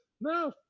no